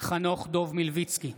חנוך דב מלביצקי,